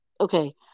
Okay